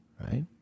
right